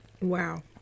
Wow